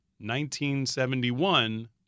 1971